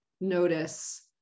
notice